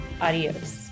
Adios